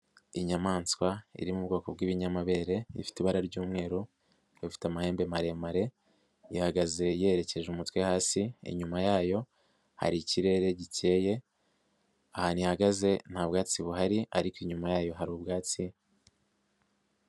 Inyamaswa iri mu bwoko bw'ibinyamabere ifite ibara ry'umweru, ifite amahembe maremare ihagaze yerekeje umutwe hasi, inyuma yayo hari ikirere gikeye ahantu ihagaze nta bwatsi buhari ariko inyuma yayo hari ubwatsi.